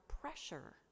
pressure